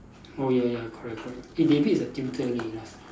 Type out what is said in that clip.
oh ya ya correct correct eh David is a tutor leh last time